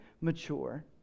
mature